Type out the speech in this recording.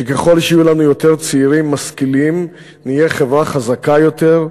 שככל שיהיו לנו יותר צעירים משכילים נהיה חברה חזקה יותר,